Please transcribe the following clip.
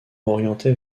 orienté